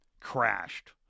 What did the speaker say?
crashed